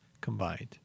combined